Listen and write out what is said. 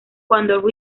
cuando